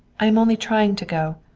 i am only trying to go.